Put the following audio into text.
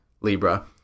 Libra